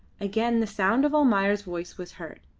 again the sound of almayer's voice was heard,